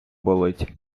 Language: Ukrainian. болить